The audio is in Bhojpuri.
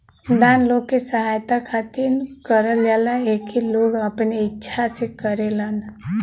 दान लोग के सहायता खातिर करल जाला एके लोग अपने इच्छा से करेलन